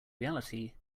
reality